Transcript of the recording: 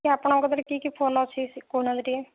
sir ଆପଣଙ୍କ ପାଖରେ କି କି ଫୋନ୍ ଅଛି କହୁ ନାହାନ୍ତି ଟିକିଏ